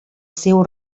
seu